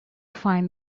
find